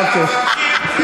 אוקיי.